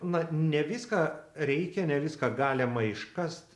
na ne viską reikia ne viską galima iškast